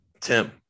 Tim